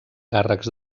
càrrecs